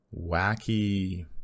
wacky